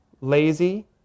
lazy